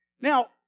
now